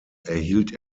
erhielt